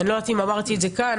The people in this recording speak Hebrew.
אני לא יודעת אם אמרתי את זה כאן,